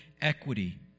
equity